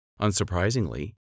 Unsurprisingly